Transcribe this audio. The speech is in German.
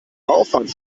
aufwand